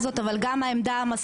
אנחנו היינו כמה חברי